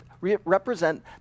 represent